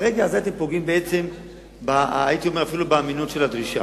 ברגע הזה אתם פוגעים אפילו באמינות של הדרישה,